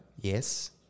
yes